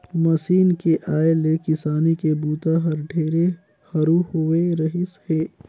machine के आए ले किसानी के बूता हर ढेरे हरू होवे रहीस हे